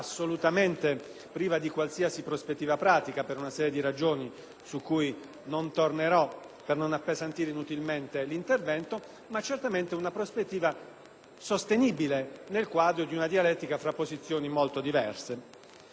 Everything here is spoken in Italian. per non appesantire inutilmente l'intervento) nel quadro di una dialettica tra posizioni molto diverse. Ciò che è accaduto nel corso della storia parlamentare di questa norma lascia francamente